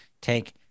take